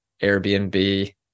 Airbnb